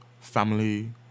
family